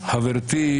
חברתי,